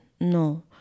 No